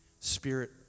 Spirit